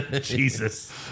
Jesus